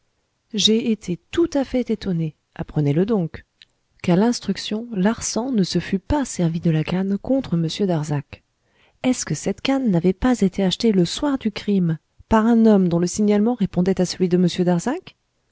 j'ai été tout à fait étonné apprenez-le donc qu'à l'instruction larsan ne se fût pas servi de la canne contre m darzac est-ce que cette canne n'avait pas été achetée le soir du crime par un homme dont le signalement répondait à celui de